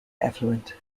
effluent